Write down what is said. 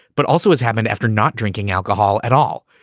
but also as happened after not drinking alcohol at all.